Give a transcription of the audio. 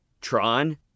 Tron